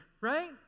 Right